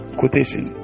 quotation